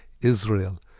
Israel